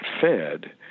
fed